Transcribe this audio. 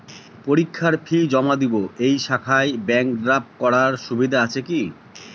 পরীক্ষার ফি জমা দিব এই শাখায় ব্যাংক ড্রাফট করার সুবিধা আছে কি?